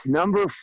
Number